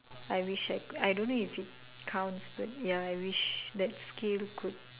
I wish I I don't know if it counts but ya I wish that skill could